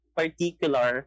particular